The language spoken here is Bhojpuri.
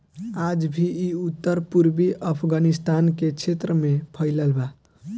आज भी इ उत्तर पूर्वी अफगानिस्तान के क्षेत्र में फइलल बा